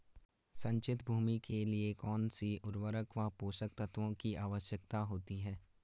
सिंचित भूमि के लिए कौन सी उर्वरक व पोषक तत्वों की आवश्यकता होती है?